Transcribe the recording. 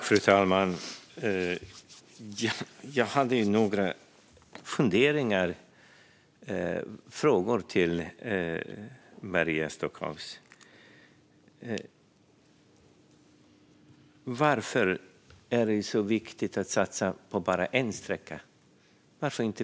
Fru talman! Jag har några funderingar och frågor till Maria Stockhaus. Varför är det så viktigt att satsa bara på en sträcka?